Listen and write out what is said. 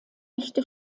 echte